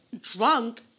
drunk